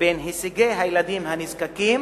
בין הישגי הילדים הנזקקים